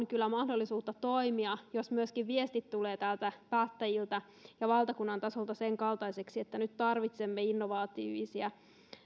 kyllä mahdollisuuksia toimia jos myöskin täältä päättäjiltä ja valtakunnan tasolta tulee sen kaltaisia viestejä että nyt tarvitsemme innovatiivisia